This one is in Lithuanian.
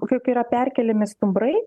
kai kai yra perkeliami stumbrai